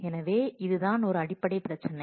எனவே இதுதான் அடிப்படை பிரச்சினை